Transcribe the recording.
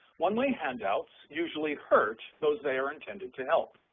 one-way handouts usually hurt those they are intended to help.